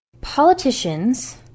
Politicians